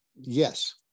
Yes